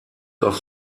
auf